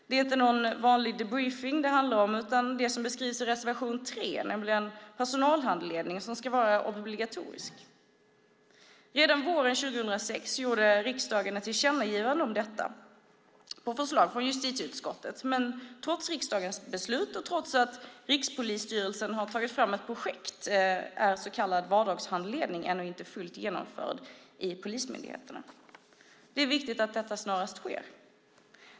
Det är inte någon vanlig debriefing det handlar om, utan det som beskrivs i reservation 3 är personalhandledning som ska vara obligatorisk. Redan våren 2006 gjorde riksdagen ett tillkännagivande om detta på förslag från justitieutskottet, men trots riksdagens beslut och trots att Rikspolisstyrelsen har tagit fram ett projekt är så kallad vardagshandledning ännu inte fullt genomförd i polismyndigheterna. Det är viktigt att detta snarast sker.